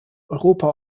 europa